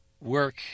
Work